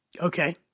Okay